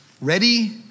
ready